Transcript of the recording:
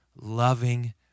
loving